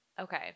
Okay